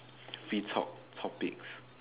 we talk topics